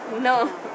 No